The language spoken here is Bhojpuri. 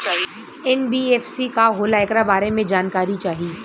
एन.बी.एफ.सी का होला ऐकरा बारे मे जानकारी चाही?